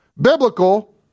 biblical